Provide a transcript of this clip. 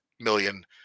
million